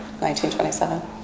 1927